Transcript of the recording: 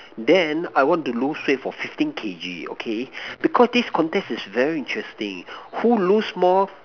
then I want to lose weight for fifteen K_G okay this contest is very interesting who lose more